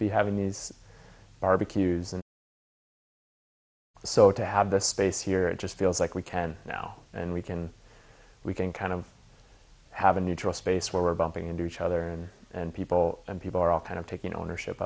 having these barbecues and so to have this space here it just feels like we can now and we can we can kind of have a neutral space where we're bumping into each other and and people and people are all kind of taking ownership